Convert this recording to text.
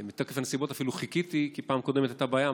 מתוקף הנסיבות אפילו חיכיתי כי פעם קודמת הייתה בעיה,